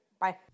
Bye